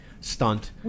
stunt